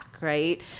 right